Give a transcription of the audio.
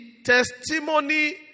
testimony